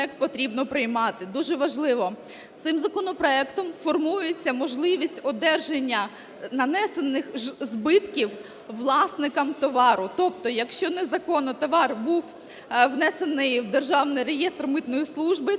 дуже важливо. Цим законопроектом формується можливість одержання нанесених збитків власникам товару. Тобто, якщо незаконно товар був внесений в Державний реєстр Митної служби,